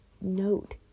Note